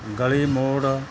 ਗਲੀ ਮੋੜ